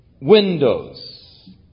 windows